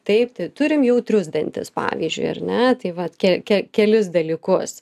taip tai turim jautrius dantis pavyzdžiui ar ne tai vat ke ke kelis dalykus